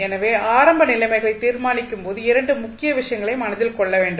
எனவே ஆரம்ப நிலைமைகளை தீர்மானிக்கும்போது 2 முக்கிய விஷயங்களை மனதில் கொள்ள வேண்டும்